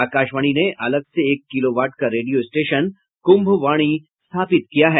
आकाशवाणी ने अलग से एक किलोवाट का रेडियो स्टेशन कुम्भवाणी स्थापित किया है